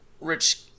rich